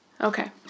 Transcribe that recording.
Okay